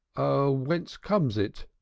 whence comes it?